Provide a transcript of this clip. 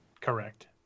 Correct